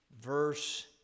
verse